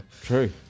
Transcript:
True